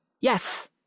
yes